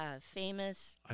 Famous